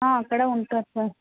అక్కడే ఉంటారు సార్